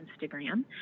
Instagram